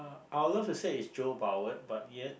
I would love to say it's but yet